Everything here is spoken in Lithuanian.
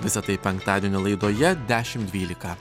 visa tai penktadienio laidoje dešimt dvylika